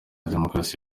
demokarasi